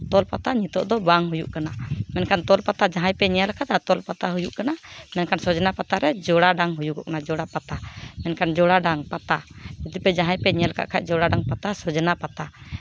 ᱛᱚᱞ ᱯᱟᱛᱟ ᱱᱤᱛᱚᱜ ᱫᱚ ᱵᱟᱝ ᱦᱩᱭᱩᱜ ᱠᱟᱱᱟ ᱢᱮᱱᱠᱷᱟᱱ ᱛᱚᱞ ᱯᱟᱛᱟ ᱡᱟᱦᱟᱸᱭ ᱯᱮ ᱧᱮᱞ ᱠᱟᱫᱟ ᱛᱚᱞ ᱯᱟᱛᱟ ᱦᱩᱭᱩᱜ ᱠᱟᱱᱟ ᱢᱮᱱᱠᱷᱟᱱ ᱥᱚᱡᱽᱱᱟ ᱯᱟᱛᱟ ᱨᱮ ᱡᱳᱲᱟ ᱰᱟᱝ ᱦᱩᱭᱩᱜᱚᱜ ᱠᱟᱱᱟ ᱡᱳᱲᱟ ᱯᱟᱛᱟ ᱢᱮᱱᱠᱷᱟᱱ ᱡᱳᱲᱟ ᱰᱟᱝ ᱯᱟᱛᱟ ᱡᱩᱫᱤ ᱯᱮ ᱡᱟᱦᱟᱸᱭ ᱯᱮ ᱧᱮᱞ ᱠᱟᱫ ᱠᱷᱟᱱ ᱡᱳᱲᱟ ᱰᱟᱝ ᱯᱟᱛᱟ ᱥᱚᱡᱽᱱᱟ ᱯᱟᱛᱟ